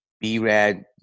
b-rad